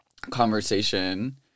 conversation